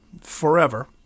forever